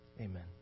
Amen